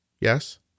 Yes